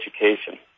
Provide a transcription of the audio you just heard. education